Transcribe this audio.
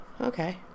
okay